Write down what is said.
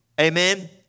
amen